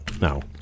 no